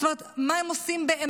זאת אומרת, מה הם עושים באמת?